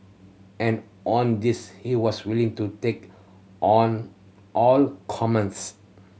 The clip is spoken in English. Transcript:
and on this he was willing to take on all comers